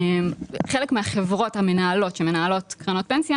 חלק מהחברות המנהלות שמנהלות קרנות פנסיה